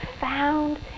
found